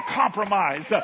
compromise